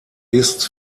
ist